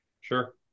sure